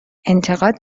انتقاد